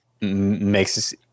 makes